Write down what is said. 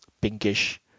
pinkish